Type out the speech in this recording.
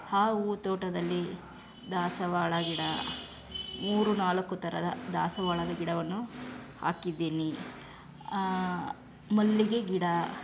ಹಾ ಹೂ ತೋಟದಲ್ಲಿ ದಾಸವಾಳ ಗಿಡ ಮೂರು ನಾಲ್ಕು ಥರದ ದಾಸವಾಳದ ಗಿಡವನ್ನು ಹಾಕಿದ್ದೀನಿ ಮಲ್ಲಿಗೆ ಗಿಡ